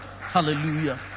Hallelujah